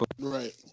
Right